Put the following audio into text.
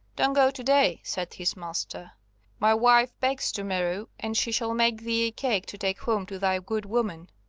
don't go to-day, said his master my wife bakes to-morrow, and she shall make thee a cake to take home to thy good woman.